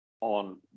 on